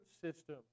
system